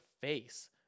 face